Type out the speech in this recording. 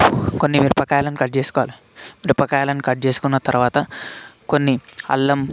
కొన్ని మిరపకాయలను కట్ చేసుకోవాలి మిరపకాయలను కట్ చేసుకున్న తర్వాత కొన్ని అల్లం